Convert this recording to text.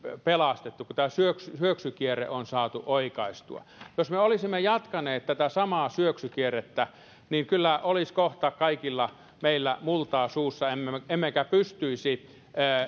pelastettu kun tämä syöksykierre on saatu oikaistua jos me olisimme jatkaneet tätä samaa syöksykierrettä niin kyllä olisi kohta kaikilla meillä multaa suussa emmekä pystyisi